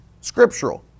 scriptural